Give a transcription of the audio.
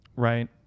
Right